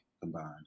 combined